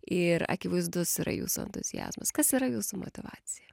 ir akivaizdus yra jūsų entuziazmas kas yra jūsų motyvacija